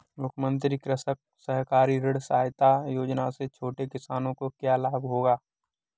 मुख्यमंत्री कृषक सहकारी ऋण सहायता योजना से छोटे किसानों को क्या लाभ होगा?